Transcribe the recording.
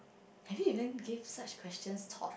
have you even give such question thought